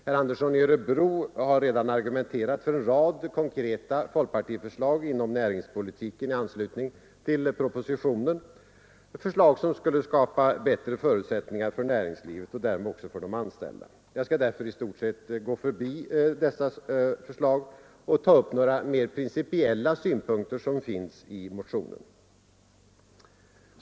Herr Andersson i Örebro har redan argumenterat för en rad konkreta folkpartiförslag inom näringspolitiken i anslutning till propositionen — förslag som skulle skapa bättre förutsättningar för näringslivet och därmed också för de anställda. Jag skall därför i stort sett gå förbi dessa förslag och ta upp några mer principiella synpunkter som finns i motionen från folkpartiet.